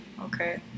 Okay